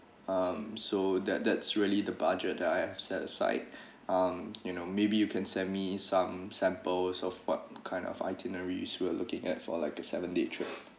um so that that's really the budget I have set aside um you know maybe you can send me some samples of what kind of itineraries we're looking at for like the seven days trip